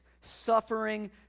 suffering